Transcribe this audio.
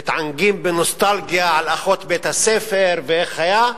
שמתענגים בנוסטלגיה על אחות בית-הספר ואיך היה,